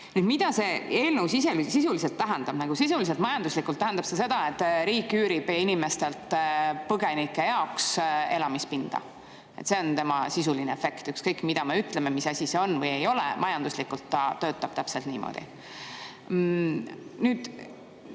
huvitav. Mida see eelnõu sisuliselt tähendab? Sisuliselt, majanduslikult tähendab see seda, et riik üürib inimestelt põgenike jaoks elamispinda. See on sisuline efekt, ükskõik mida me ütleme, mis asi see on või ei ole, majanduslikult ta töötab täpselt niimoodi. Teie